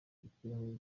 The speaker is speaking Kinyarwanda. ikirahure